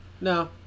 No